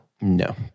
No